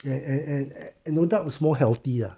and and and and no doubt it's more healthy lah